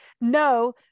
no